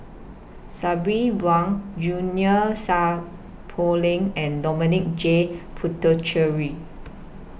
Sabri Buang Junie Sng Poh Leng and Dominic J Puthucheary